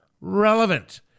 relevant